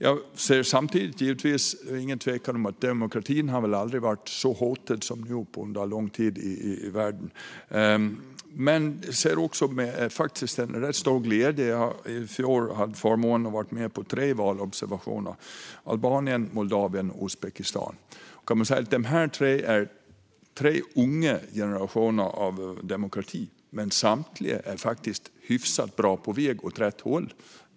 Det är samtidigt givetvis ingen tvekan om att demokratin i världen inte under lång tid har varit så hotad som den är nu. Men jag ser samtidigt med rätt stor glädje på utvecklingen. Jag hade i fjol förmånen att vara med på tre valobservationer, i Albanien, Moldavien och Uzbekistan. Det är tre unga generationer av demokrati, men samtliga hyfsat bra på väg åt rätt håll.